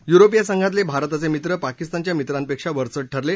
युरोपीय संघातले भारताचे मित्र पाकिस्तानच्या मित्रांपेक्षा वरचढ ठरले